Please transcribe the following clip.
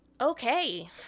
Okay